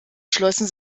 schlossen